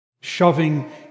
shoving